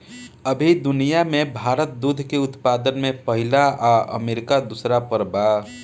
अभी दुनिया में भारत दूध के उत्पादन में पहिला आ अमरीका दूसर पर बा